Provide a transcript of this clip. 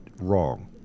Wrong